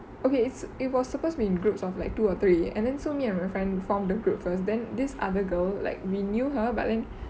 okay is it was supposed to be in groups of like two or three and then so me and my friend formed the group first then this other girl like we knew her but then